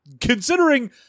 considering